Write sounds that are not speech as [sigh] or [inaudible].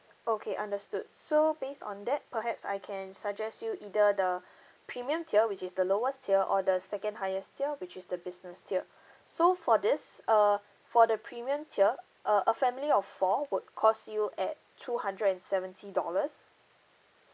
okay understood so based on that perhaps I can suggest you either the [breath] premium tier which is the lowest tier or the second highest tier which is the business tier [breath] so for this uh for the premium tier uh a family of four would cost you at two hundred and seventy dollars